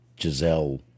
Giselle